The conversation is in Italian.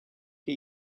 che